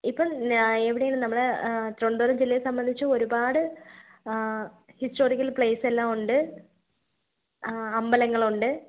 ഇപ്പം എവിടേലും നമ്മൾ തിരുവനന്തപുരം ജില്ലയെ സംബന്ധിച്ച് ഒരുപാട് ഹിസ്റ്റോറിക്കൽ പ്ലേസ് എല്ലാം ഉണ്ട് അമ്പലങ്ങളുണ്ട്